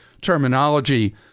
terminology